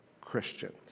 Christians